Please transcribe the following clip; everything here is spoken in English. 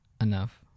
enough